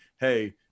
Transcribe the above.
hey